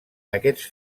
aquests